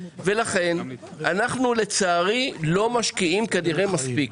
לצערי כנראה אנחנו לא משקיעים מספיק.